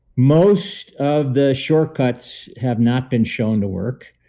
most of the shortcuts have not been shown to work.